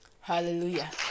Hallelujah